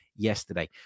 yesterday